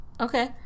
Okay